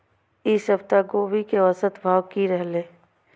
ई सप्ताह गोभी के औसत भाव की रहले?